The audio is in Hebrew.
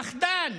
פחדן,